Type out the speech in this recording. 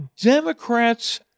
Democrats